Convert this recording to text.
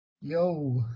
Yo